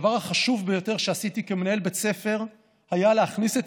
הדבר החשוב ביותר שעשיתי כמנהל בית ספר היה להכניס את